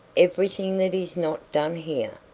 everything that is not done here.